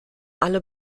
alle